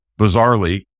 bizarrely